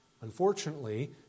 Unfortunately